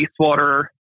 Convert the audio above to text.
wastewater